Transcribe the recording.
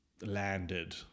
landed